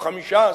או 15 אנשים,